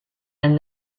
and